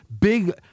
Big